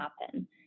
happen